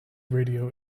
radio